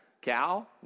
Cal